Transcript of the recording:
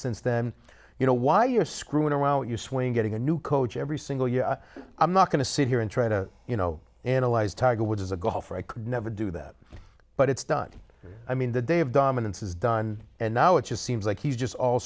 since then you know why you're screwing around with your swing getting a new coach every single year i'm not going to sit here and try to you know analyze tiger woods as a golfer i could never do that but it's done i mean the day of dominance is done and now it just seems like he's just all